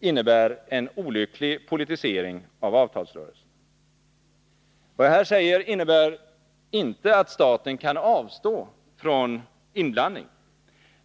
innebär en olycklig politisering av avtalsrörelsen. Vad jag här säger innebär inte att staten kan avstå från inblandning.